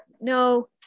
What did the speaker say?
no